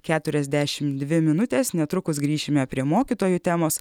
keturiasdešimt dvi minutės netrukus grįšime prie mokytojų temos